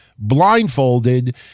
Blindfolded